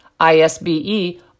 ISBE